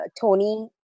Tony